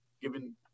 given